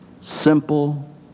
simple